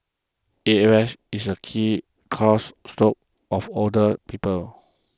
A F is a key cause stroke of older people